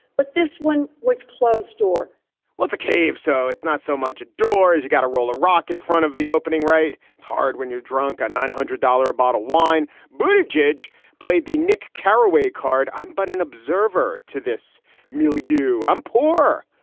but this one was closed door what's a cave? so it's not so much a door as you gotta roll a rock in front of the opening, right? it's hard when you're drunk. a nine hundred dollars a bottle wine boutique jej played the nick carraway card. i'm but an observer to this mildew. i'm poor.